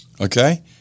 Okay